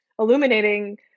illuminating